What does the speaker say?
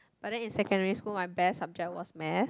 but then in secondary school my best subject was math